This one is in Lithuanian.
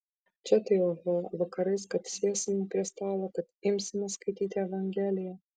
čia tai oho vakarais kad sėsime prie stalo kad imsime skaityti evangeliją